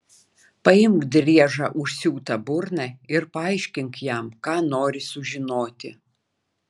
paimk driežą užsiūta burna ir paaiškink jam ką nori sužinoti